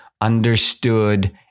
understood